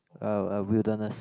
uh uh wilderness